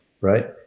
right